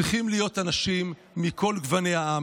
צריכים להיות אנשים מכל גווני העם.